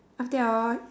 after that hor